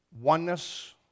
oneness